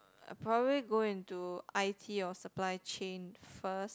I probably go into i_t or supply chain first